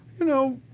you know